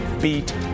beat